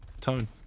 tone